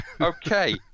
Okay